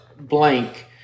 blank